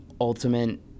ultimate